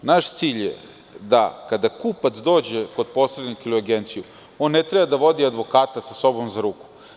Naš cilj je da kada kupac dođe kod posrednika ili u agenciju, on ne treba da vodi advokata sa sobom za ruku.